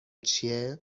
چیه